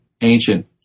ancient